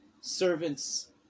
servants